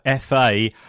FA